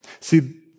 See